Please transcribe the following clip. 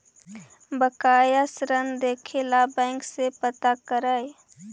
बकाया ऋण देखे ला बैंक से पता करअ